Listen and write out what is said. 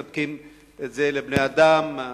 מספקים את זה לבני-אדם.